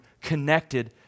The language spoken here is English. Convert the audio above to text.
connected